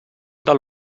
del